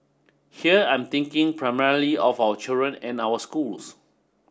here I'm thinking primarily of our children and our schools